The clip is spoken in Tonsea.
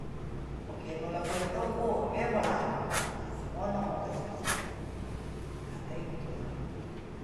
Pekeinalakong intou o wemolako ha simono moke'si sya ha teng tulako tu